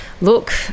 look